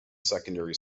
secondary